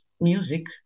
music